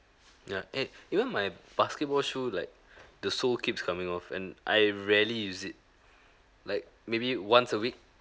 ya eh even my basketball shoe like the sole keeps coming off and I rarely use it like maybe once a week